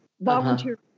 volunteer